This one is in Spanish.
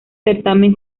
certamen